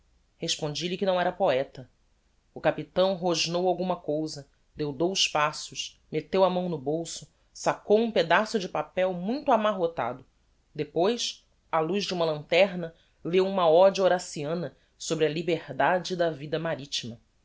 respondi-lhe que não era poeta o capitão rosnou alguma cousa deu dous passos metteu a mão no bolso saccou um pedaço de papel muito amarrotado depois á luz de uma lanterna leu uma ode horaciana sobre a liberdade da vida maritima